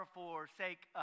forsake